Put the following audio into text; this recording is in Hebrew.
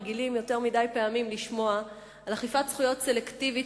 אנחנו רגילים יותר מדי פעמים לשמוע על אכיפת זכויות סלקטיבית,